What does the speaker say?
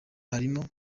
harimo